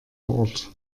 ort